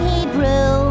Hebrew